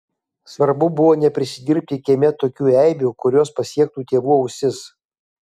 svarbu buvo neprisidirbti kieme tokių eibių kurios pasiektų tėvų ausis